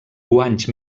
guanys